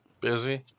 busy